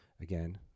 again